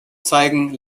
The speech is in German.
zeigen